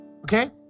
Okay